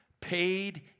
paid